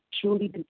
truly